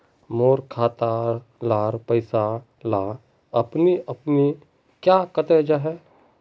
मोर खाता डार पैसा ला अपने अपने क्याँ कते जहा?